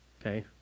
okay